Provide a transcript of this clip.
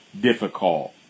difficult